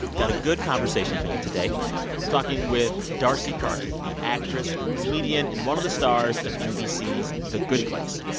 got a good conversation for you today. i'm talking with d'arcy carden, the actress and comedian and one of the stars of nbc's the good place.